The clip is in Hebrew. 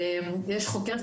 יש חוקרת,